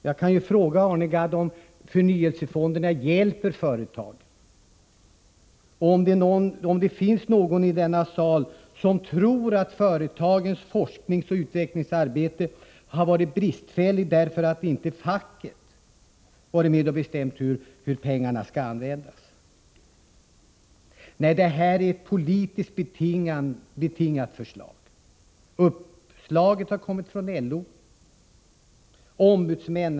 Jag kan ju fråga Arne Gadd om förnyelsefonderna hjälper företagen eller om det finns någon i denna sal som tror att företagens forskningsoch utvecklingsarbete har varit bristfälligt därför att facket inte har varit med och bestämt hur pengarna skulle användas. Nej, det här är ett politiskt betingat förslag. Uppslaget har kommit från LO.